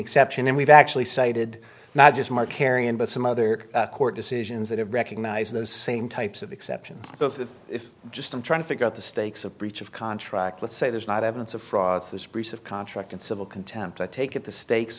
exception and we've actually cited not just mark carrion but some other court decisions that have recognized those same types of exceptions so if the if just i'm trying to figure out the stakes of breach of contract let's say there's not evidence of fraud so this breach of contract and civil contempt i take it the stakes